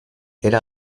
era